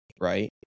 right